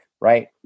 right